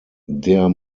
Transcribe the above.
der